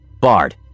Bard